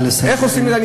איך עושים את זה?